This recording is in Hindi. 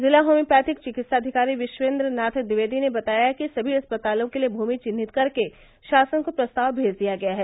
जिला होम्योपैथिक चिकित्साधिकारी विश्वेन्द्रनाथ द्विवेदी ने बताया कि सभी अस्पतालों के लिए भूमि चिन्हित कर के शासन को प्रस्ताव मेज दिया गया है